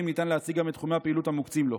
ניתן להציג גם את תחומי הפעילות המוקצים לו.